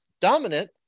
dominant